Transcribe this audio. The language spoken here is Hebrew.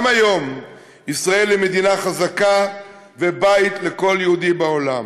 גם היום ישראל היא מדינה חזקה ובית לכל יהודי בעולם.